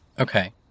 Okay